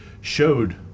showed